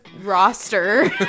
roster